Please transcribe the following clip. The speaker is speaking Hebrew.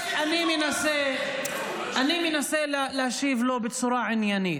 אני מנסה להשיב לו בצורה עניינית.